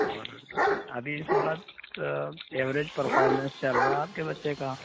اور ابھی اس وقت ایوریج پرفارمنس چل رہا ہے آپ کے بچے کا